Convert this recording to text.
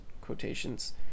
quotations